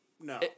No